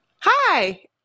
Hi